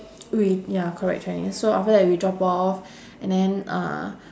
we ya correct chinese so after that we drop off and then uh